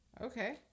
Okay